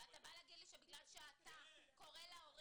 אתה רוצה להגיד לי שבגלל שאתה קורא להורה